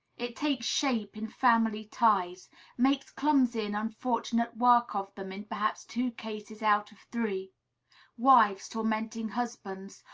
it takes shape in family ties makes clumsy and unfortunate work of them in perhaps two cases out of three wives tormenting husbands,